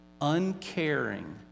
uncaring